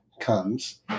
comes